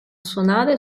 suonare